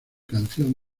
canción